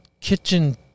kitchen